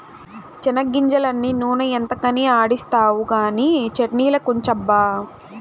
చెనిగ్గింజలన్నీ నూనె ఎంతకని ఆడిస్తావు కానీ చట్ట్నిలకుంచబ్బా